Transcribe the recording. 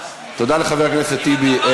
תודה לחבר הכנסת טיבי.